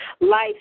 Life